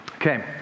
Okay